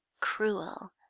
cruel